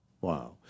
Wow